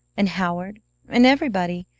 and howard and everybody.